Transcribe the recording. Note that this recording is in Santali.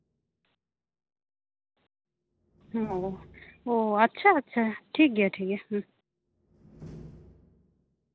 ᱚ ᱟᱪᱪᱷᱟ ᱟᱪᱪᱷᱟ ᱴᱷᱤᱠᱜᱮᱭᱟ ᱴᱷᱤᱠᱜᱮᱭᱟ ᱦᱩᱸ